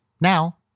Now